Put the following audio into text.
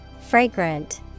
Fragrant